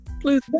please